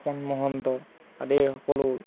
পাপন মহন্ত আদিৰ সকলো